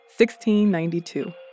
1692